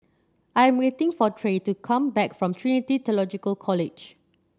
I am waiting for Trae to come back from Trinity Theological College